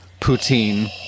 poutine